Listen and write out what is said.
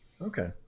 Okay